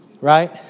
right